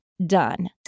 done